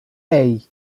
hey